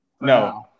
No